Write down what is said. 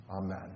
Amen